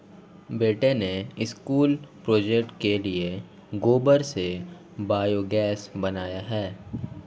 बेटे ने school project के लिए गोबर से बायोगैस बनाया है